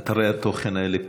אתרי התוכן האלה,